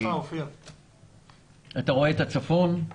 אתה רואה את הצפון.